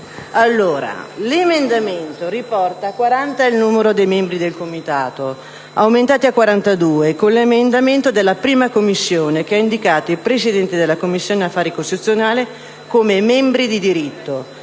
tende a riportare a 40 il numero dei membri del Comitato, aumentati a 42 con l'emendamento approvato dalla 1a Commissione che ha indicato i Presidenti delle Commissioni affari costituzionali come membri di diritto.